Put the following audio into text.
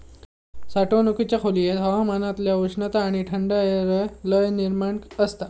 साठवणुकीच्या खोलयेत हवामानातल्या उष्णता आणि थंडायर लय नियंत्रण आसता